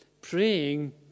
praying